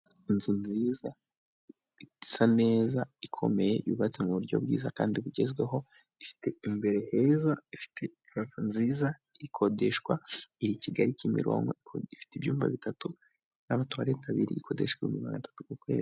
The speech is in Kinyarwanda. Inzu nziza isa neza ikomeye, yubatse mu buryo bwiza kandi bugezweho, ifite imbere heza ifite purafo nziza, ikodeshwa iri Kigali Kimironko, ifite ibyumba bitatu n'amatuwarete abiri, ikodeshwa ibihumbi magana atatu ku kwezi.